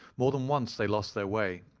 more than once they lost their way,